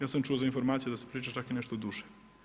Ja sam čuo za informaciju da se priča čak i nešto duže.